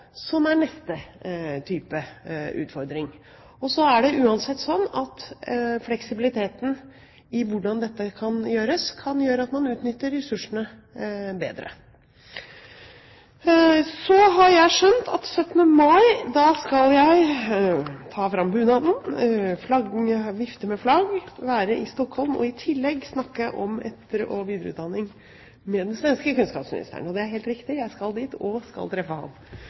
som er neste type utfordring. Så er det uansett sånn at fleksibiliteten i hvordan dette gjøres, kan føre til at man utnytter ressursene bedre. Så har jeg skjønt at 17. mai skal jeg ta fram bunaden, vifte med flagg – være i Stockholm og i tillegg snakke om etter- og videreutdanning med den svenske kunnskapsministeren. Det er helt riktig. Jeg skal dit, og jeg skal treffe ham. Vi har helt sikkert også ting å lære av